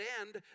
end